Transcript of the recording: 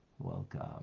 Welcome